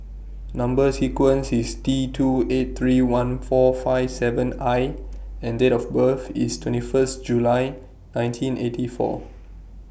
Number sequence IS T two eight three one four five seven I and Date of birth IS twenty First July nineteen eighty four